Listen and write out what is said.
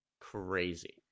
crazy